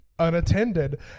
unattended